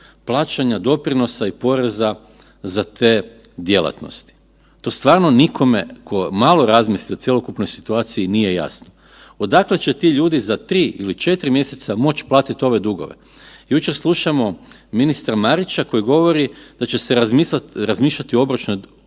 plaćanja doprinosa i poreza za te djelatnosti. To stvarno nikome tko malo razmisli o cjelokupnoj situaciji nije jasno. Odakle će ti ljudi za 3 ili 4 mjeseca moći platiti ove dugove? Jučer slušamo ministra Marića koji govori da će se razmišljati o obročnoj